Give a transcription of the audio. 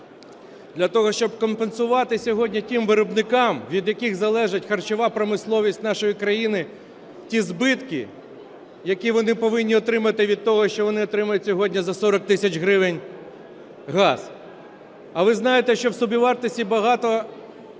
для того, щоб компенсувати сьогодні тим виробникам, від яких залежить харчова промисловість нашої країни, ті збитки, які вони повинні отримати від того, що вони отримають сьогодні за 40 тисяч гривень газ. А ви знаєте, що в собівартості багато